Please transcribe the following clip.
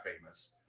famous